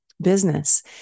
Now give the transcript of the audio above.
business